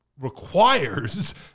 requires